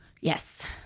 Yes